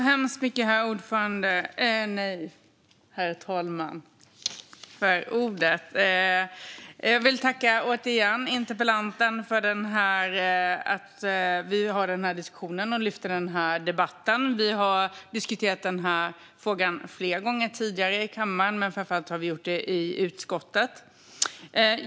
Herr talman! Jag vill återigen tacka interpellanten för att vi har den här diskussionen och lyfter den här debatten. Vi har diskuterat frågan flera gånger tidigare i kammaren, men framför allt har vi gjort det i utskottet.